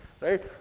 right